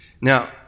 Now